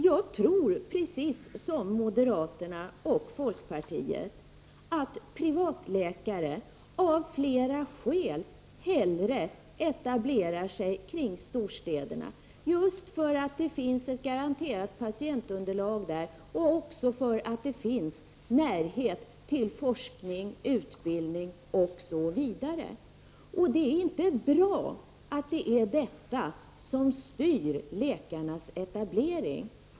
Jag tror, precis som moderaterna och folkpartiet, att privatläkare av flera skäl hellre etablerar sig kring storstäderna — därför att det finns ett garanterat patientunderlag där och också därför att det är nära till forskning, utbildning Osv. Det är inte bra att det är detta som styr läkarnas etablering.